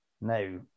Now